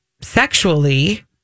sexually